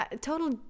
total